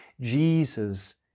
Jesus